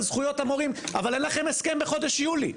זכויות המורים אבל אין לכם הסכם בחודש יולי.